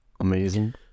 amazing